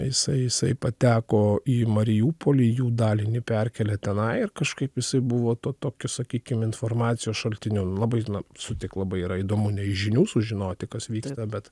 isai isai pateko į mariupolį jų dalinį perkėlė tenai ir kažkaip isai buvo tuo tokiu sakykim informacijos šaltiniu labai sutik labai yra įdomu ne iš žinių sužinoti kas vyksta bet